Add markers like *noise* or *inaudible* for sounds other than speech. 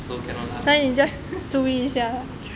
so cannot laugh ah *laughs*